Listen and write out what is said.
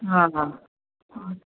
आं हां आं